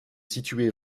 situé